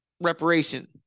reparation